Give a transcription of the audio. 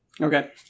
Okay